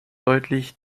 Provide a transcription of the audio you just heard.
deutlich